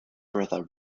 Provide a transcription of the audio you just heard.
brother